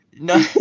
No